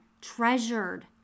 treasured